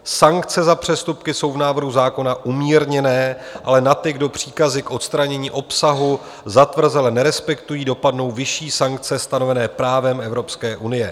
Sankce za přestupky jsou v návrhu zákona umírněné, ale na ty, kdo příkazy k odstranění obsahu zatvrzele nerespektují, dopadnou vyšší sankce stanovené právem Evropské unie.